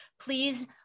Please